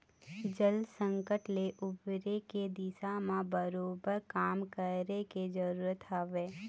जल संकट ले उबरे के दिशा म बरोबर काम करे के जरुरत हवय